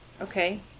Okay